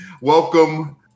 Welcome